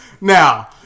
Now